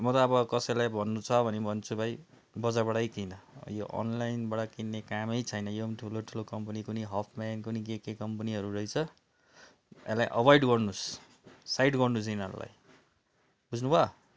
म त अब कसैलाई भन्नु छ भने भन्छु भाइ बजारबाटै किन यो अनलाइनबाट किन्ने कामै छैन यो पनि ठुलो ठुलो कम्पनी कुन्नि हफमेन के के कम्पनीहरू रहेछ यसलाई अभोइड गर्नुहोस् साइड गर्नुहोस् यिनीहरूलाई बुझ्नुभयो